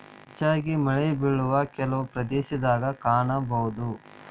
ಹೆಚ್ಚಾಗಿ ಮಳೆಬಿಳುವ ಕೆಲವು ಪ್ರದೇಶದಾಗ ಕಾಣಬಹುದ